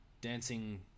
dancing